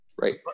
Right